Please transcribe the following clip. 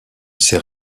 sais